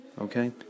okay